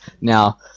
Now